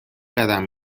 قدم